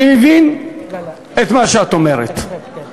אני מבין את מה שאת אומרת.